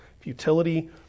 futility